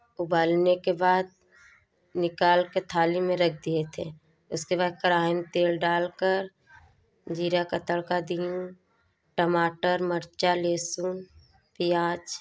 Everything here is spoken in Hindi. उबालने के बाद निकाल के थाली में रख दिए थे इसके बाद कराही में तेल डालकर जीरा का तड़का दीं टमाटर मर्चा लहसुन प्याज